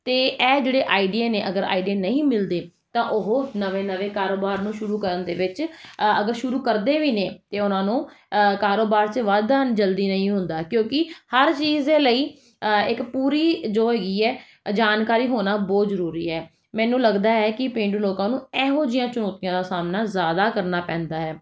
ਅਤੇ ਇਹ ਜਿਹੜੇ ਆਈਡੀਏ ਨੇ ਅਗਰ ਆਈਡੀਏ ਨਹੀਂ ਮਿਲਦੇ ਤਾਂ ਉਹ ਨਵੇਂ ਨਵੇਂ ਕਾਰੋਬਾਰ ਨੂੰ ਸ਼ੁਰੂ ਕਰਨ ਦੇ ਵਿੱਚ ਅ ਅਗਰ ਸ਼ੁਰੂ ਕਰਦੇ ਵੀ ਨੇ ਅਤੇ ਉਨ੍ਹਾਂ ਨੂੰ ਕਾਰੋਬਾਰ 'ਚ ਵਾਧਾ ਜਲਦੀ ਨਹੀਂ ਹੁੰਦਾ ਕਿਉਂਕਿ ਹਰ ਚੀਜ਼ ਦੇ ਲਈ ਇੱਕ ਪੂਰੀ ਜੋ ਹੈਗੀ ਹੈ ਅ ਜਾਣਕਾਰੀ ਹੋਣਾ ਬਹੁਤ ਜ਼ਰੂਰੀ ਹੈ ਮੈਨੂੰ ਲੱਗਦਾ ਹੈ ਕਿ ਪੇਂਡੂ ਲੋਕਾਂ ਨੂੰ ਇਹੋ ਜਿਹੀਆਂ ਚੁਣੌਤੀਆਂ ਦਾ ਸਾਹਮਣਾ ਜ਼ਿਆਦਾ ਕਰਨਾ ਪੈਂਦਾ ਹੈ